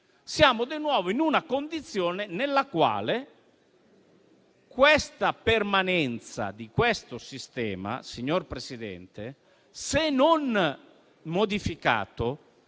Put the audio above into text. siamo di nuovo in una condizione nella quale la permanenza di questo sistema, signor Presidente, se non modificata